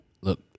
Look